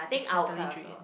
mentally drain